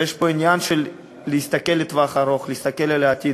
ויש פה עניין להסתכל לטווח ארוך, להסתכל על העתיד.